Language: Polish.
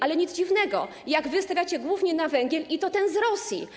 Ale nic dziwnego, jak stawiacie głównie na węgiel, i to ten z Rosji.